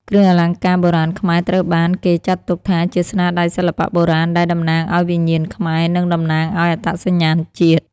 គ្រឿងអលង្ការបុរាណខ្មែរត្រូវបានគេចាត់ទុកថាជាស្នាដៃសិល្បៈបុរាណដែលតំណាងឲ្យវិញ្ញាណខ្មែរ និងតំណាងឱ្យអត្តសញ្ញាណជាតិ។